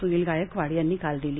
सुनील गायकवाड यांनी काल दिली